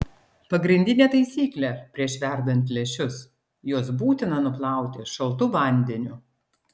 pagrindinė taisyklė prieš verdant lęšius juos būtina nuplauti šaltu vandeniu